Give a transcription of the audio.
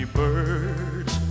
birds